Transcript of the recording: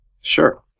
Sure